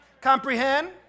Comprehend